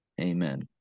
Amen